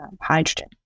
hydrogen